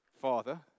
Father